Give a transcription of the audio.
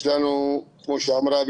יש לנו כמו שאמרה,